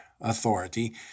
authority